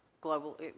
global